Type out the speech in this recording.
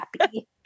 happy